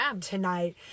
tonight